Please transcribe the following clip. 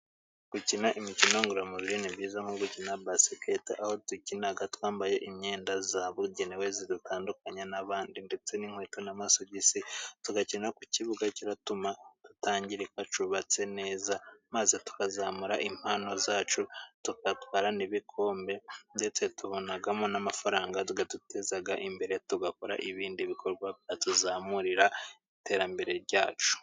Gukina imikino ngororamubiri ni byiza nko gukina baskete, aho tukina twambaye imyenda yabugenewe idutandukanya n'abandi, ndetse n'inkweto n'amasogisi, tugakina ku kibuga gituma tutangirika, cyubatse neza, maze tukazamura impano zacu, tugatwara n'ibikombe ndetse tubonamo n'amafaranga, akaduteza imbere, tugakora ibindi bikorwa bituzamurira iterambere ryacu.